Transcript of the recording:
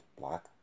Black